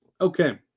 Okay